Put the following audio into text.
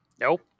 Nope